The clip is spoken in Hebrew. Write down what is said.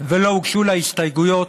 ולא הוגשו לה הסתייגויות.